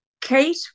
Kate